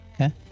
Okay